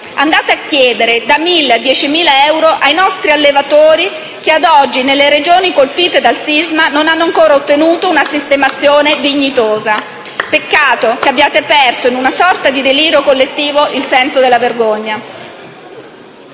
Andate a chiedere da 1.000 a 10.000 euro ai nostri allevatori, che ad oggi, nelle Regioni colpite dal sisma, non hanno ancora ottenuto una sistemazione dignitosa *(Applausi del senatore Quagliariello)*. Peccato che abbiate perso, in una sorta di delirio collettivo, il senso della vergogna